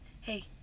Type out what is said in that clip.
hey